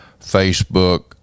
Facebook